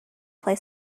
play